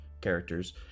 characters